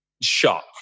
shock